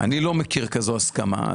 מכיר כזו הסכמה.